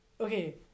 Okay